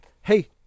Hey